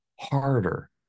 harder